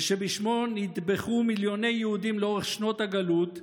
ושבשמו נטבחו מיליוני יהודים לאורך שנות הגלות,